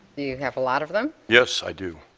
you have a lot of them? yes, i do,